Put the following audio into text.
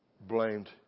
blamed